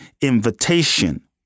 invitation